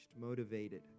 motivated